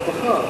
עורכים הצבעה.